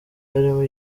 harimo